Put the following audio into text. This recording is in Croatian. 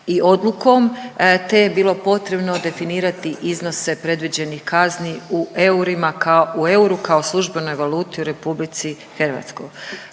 i odlukom te je bilo potrebno definirati iznose predviđenih kazni u eurima, u euru kao službenoj valutu u RH. Dodatno